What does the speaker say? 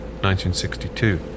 1962